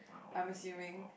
I'm assuming